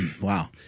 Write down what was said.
wow